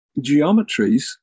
geometries